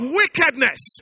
wickedness